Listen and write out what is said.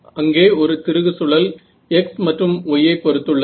அங்கே ஒரு திருகு சுழல் x மற்றும் y ஐ பொறுத்துள்ளது